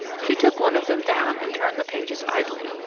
she took one of them down and turned the pages idly.